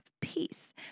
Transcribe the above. peace